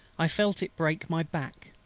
i felt it break my back.